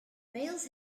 males